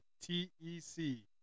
T-E-C